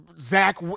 Zach